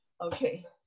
Okay